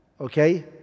Okay